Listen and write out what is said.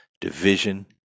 division